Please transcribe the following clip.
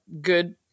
good